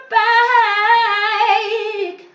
back